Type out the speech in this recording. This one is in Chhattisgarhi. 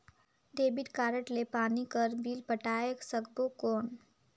डेबिट कारड ले पानी कर बिल पटाय सकबो कौन?